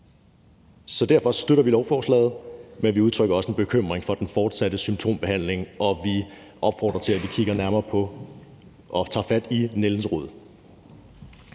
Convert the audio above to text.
Derfor støtter vi lovforslaget, men vi udtrykker også en bekymring for den fortsatte symptombehandling, og vi opfordrer til, at vi kigger nærmere på det og tager fat om nældens rod.